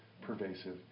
pervasive